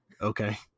okay